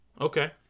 Okay